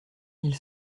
mille